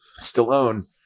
Stallone